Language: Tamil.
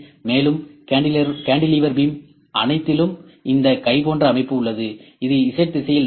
மேலும் இந்த கான்டிலீவர் பீம் அனைத்திலும் இந்த கை போன்ற அமைப்பு உள்ளது அது Z திசையில் நகரும்